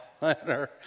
letter